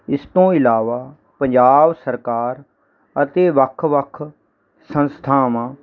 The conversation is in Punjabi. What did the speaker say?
ਇਸ ਤੋਂ ਇਲਾਵਾ ਪੰਜਾਬ ਸਰਕਾਰ ਅਤੇ ਵੱਖ ਵੱਖ ਸੰਸਥਾਵਾਂ